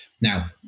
Now